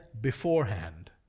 beforehand